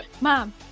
mom